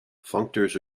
functors